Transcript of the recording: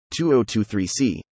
2023C